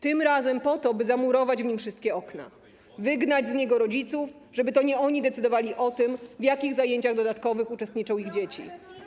Tym razem po to, by zamurować w nim wszystkie okna, wygnać z niego rodziców, żeby to nie oni decydowali o tym, w jakich zajęciach dodatkowych uczestniczą ich dzieci.